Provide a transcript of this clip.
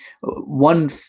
one